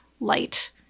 light